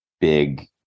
Big